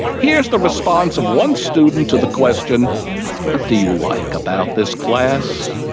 here's the response of one student to the question what do you like about this class?